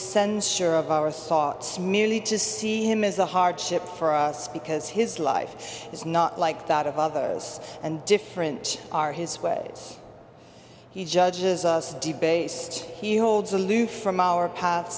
censor of our thoughts merely to see him as a hardship for us because his life is not like that of others and different are his ways he judges us debased he holds aloof from our pa